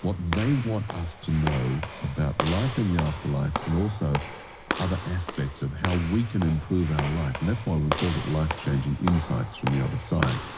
what they want us to know about life in the afterlife and also other aspects of how we can improve our life. and that's why we called it life changing insights from the other side.